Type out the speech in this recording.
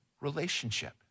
relationship